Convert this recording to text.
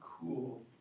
cool